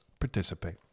Participate